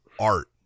art